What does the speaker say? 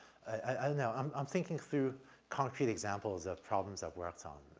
i i know i'm um thinking through concrete examples of problems i've worked on.